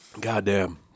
Goddamn